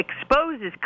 exposes